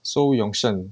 so yong shen